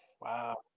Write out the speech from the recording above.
Wow